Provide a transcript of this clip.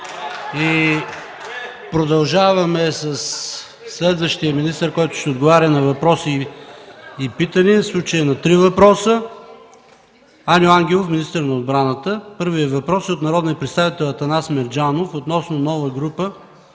Продължаваме със следващия министър, който ще отговаря на въпроси и питания, в случая на три въпроса, Аню Ангелов – министър на отбраната. Първият въпрос е от народния представител Атанас Мерджанов относно нова група